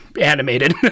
animated